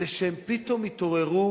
זה שהם פתאום התעוררו